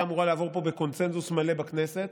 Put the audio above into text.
אמורה לעבור פה בקונסנזוס מלא בכנסת,